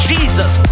Jesus